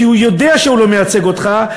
כי הוא יודע שהוא לא מייצג אותך.